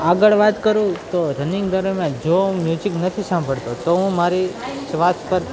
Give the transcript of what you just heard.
આગળ વાત કરું તો રનિંગ દરમિયાન જો હું મ્યુજિક નથી સાંભળતો તો હું મારી વાત પર